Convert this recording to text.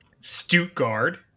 Stuttgart